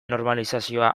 normalizazio